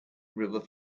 river